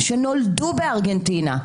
שנולדו בארגנטינה.